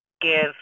give